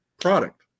product